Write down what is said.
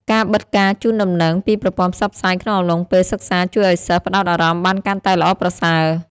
ការបិទការជូនដំណឹងពីប្រព័ន្ធផ្សព្វផ្សាយក្នុងអំឡុងពេលសិក្សាជួយឱ្យសិស្សផ្តោតអារម្មណ៍បានកាន់តែល្អប្រសើរ។